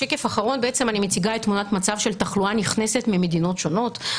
בשקף האחרון בעצם אני מציגה תמונת מצב של תחלואה נכנסת ממדינות שונות.